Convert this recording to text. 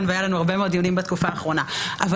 והיו לנו הרבה מאוד דיונים בתקופה האחרונה אבל